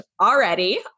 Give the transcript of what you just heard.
already